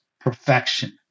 perfection